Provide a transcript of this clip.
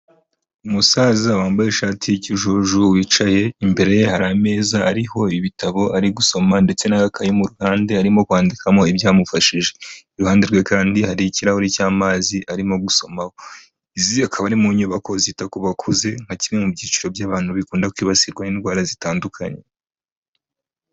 Umusaza wambaye ishati y'ikijuju wicaye, imbere ye hari ameza ariho ibitabo ari gusoma ndetse n'agakaye mu ruhande arimo kwandikamo ibyamufashije. Iruhande rwe kandi hariho ikirahuri cy'amazi arimo gusomaho. Izi akaba ari mu nyubako zita ku bakuze, nka kimwe mu byiciro by'abantu bikunda kwibasirwa n'indwara zitandukanye.